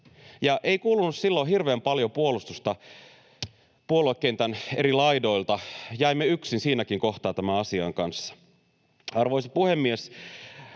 Ei kuulunut silloin hirveän paljon puolustusta puoluekentän eri laidoilta. Jäimme yksin siinäkin kohtaa tämän asian kanssa. Arvoisa puhemies!